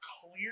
clear